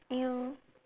ya